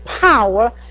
power